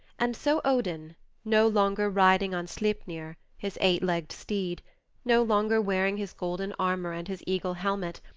and so odin, no longer riding on sleipner, his eight-legged steed no longer wearing his golden armor and his eagle-helmet,